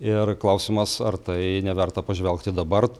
ir klausimas ar tai neverta pažvelgti dabar